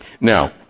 Now